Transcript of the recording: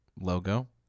logo